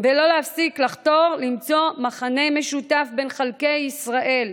ולא להפסיק לחתור למצוא מכנה משותף בין חלקי ישראל,